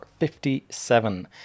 57